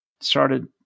started